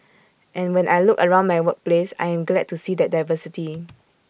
and when I look around my workplace I am glad to see that diversity